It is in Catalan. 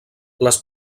les